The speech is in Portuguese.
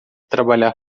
trabalhar